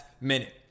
minute